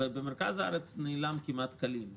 אבל במרכז הארץ הוא נעלם כמעט כליל.